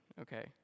Okay